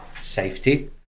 safety